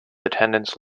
attendance